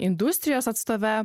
industrijos atstove